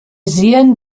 sehen